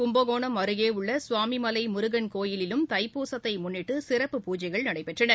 கும்பகோணம் அருகே உள்ள சுவாமிமலை முருகன் கோவிலிலும் தைப்பூசத்தை முன்னிட்டு சிறப்பு பூஜைகள் நடைபெற்றன